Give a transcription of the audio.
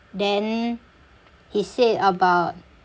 then he said about